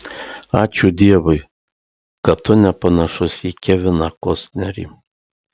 ačiū dievui kad tu nepanašus į keviną kostnerį